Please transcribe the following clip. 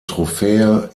trophäe